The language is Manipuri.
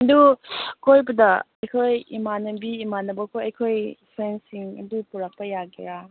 ꯑꯗꯨ ꯀꯣꯏꯕꯗ ꯑꯩꯈꯣꯏ ꯏꯃꯥꯟꯅꯕꯤ ꯏꯃꯥꯟꯅꯕꯈꯣꯏ ꯑꯩꯈꯣꯏ ꯐ꯭ꯔꯦꯟꯁꯤꯡ ꯑꯗꯨ ꯄꯨꯔꯛꯄ ꯌꯥꯒꯦꯔꯥ